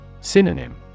Synonym